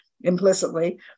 implicitly